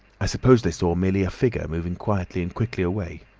i suppose they saw merely a figure moving quietly and quickly away.